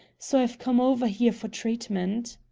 so i've come over here for treatment.